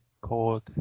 called